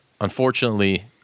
unfortunately